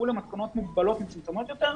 למתכונות מוגבלות ומצומצמות יותר,